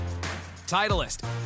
Titleist